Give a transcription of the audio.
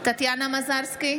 טטיאנה מזרסקי,